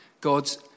God's